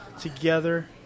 together